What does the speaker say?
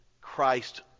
Christ